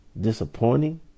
Disappointing